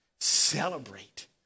celebrate